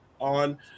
on